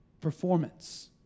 Performance